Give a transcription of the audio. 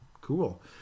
Cool